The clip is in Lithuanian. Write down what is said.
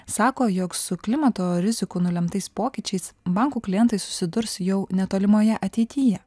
sako jog su klimato rizikų nulemtais pokyčiais bankų klientai susidurs jau netolimoje ateityje